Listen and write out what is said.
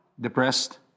Depressed